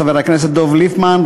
חבר הכנסת דב ליפמן,